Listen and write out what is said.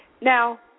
Now